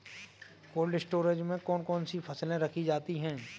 Cold storage में कौन कौन सी फसलें रखी जाती हैं?